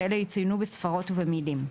ואלה יצוינו בספרות ובמילים.